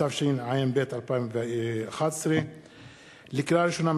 התשע"ב 2011. לקריאה ראשונה,